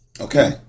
Okay